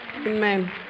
Amen